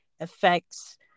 affects